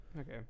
Okay